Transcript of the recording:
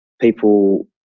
people